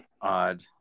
Odd